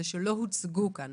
זה שלא הוצגו כאן